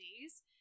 days